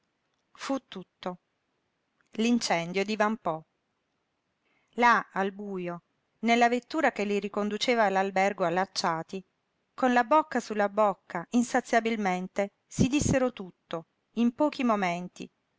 fu tutto l'incendio divampò là al bujo nella vettura che li riconduceva all'albergo allacciati con la bocca su la bocca insaziabilmente si dissero tutto in pochi momenti